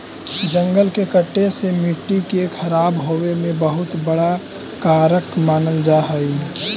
जंगल कटे से मट्टी के खराब होवे में बहुत बड़ा कारक मानल जा हइ